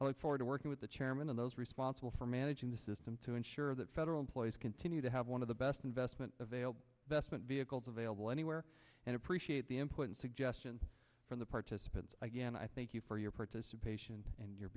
it's forward to working with the chairman and those responsible for managing the system to ensure that federal employees continue to have one of the best investment available vestment vehicles available anywhere and appreciate the importance of gesture and from the participants again i thank you for your participation and you